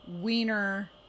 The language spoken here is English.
wiener